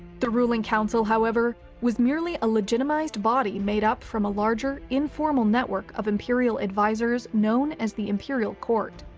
the ruling council, however, was merely a legitimized body made up from a larger, informal network of imperial advisors known as the imperial court.